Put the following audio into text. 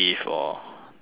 the pork